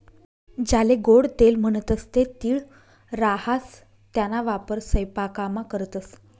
ज्याले गोडं तेल म्हणतंस ते तीळ राहास त्याना वापर सयपाकामा करतंस